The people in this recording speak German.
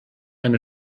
eine